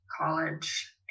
college